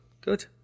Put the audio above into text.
good